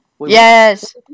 Yes